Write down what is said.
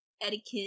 etiquette